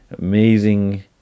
amazing